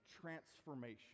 transformation